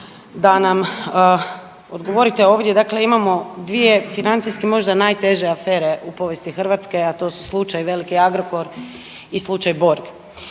da nam odgovorite ovdje, dakle imamo dvije financijske možda najteže afere u povijesti Hrvatske, a to su slučaj „Veliki Agrokor“ i slučaj „Borg“.